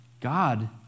God